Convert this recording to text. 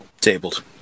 Tabled